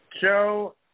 Joe